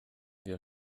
wir